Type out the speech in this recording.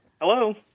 Hello